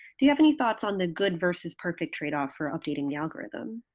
do you have any thoughts on the good versus perfect trade off for updating the algorithm?